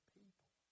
people